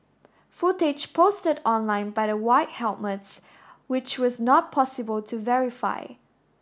footage posted online by the White Helmets which was not possible to verify